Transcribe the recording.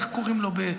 איך קוראים לו,